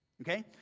Okay